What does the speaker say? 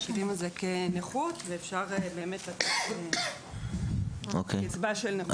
מכירים את זה כנכות ואפשר באמת לתת את הקצבה של נכות.